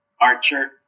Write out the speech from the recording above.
archer